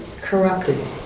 corrupted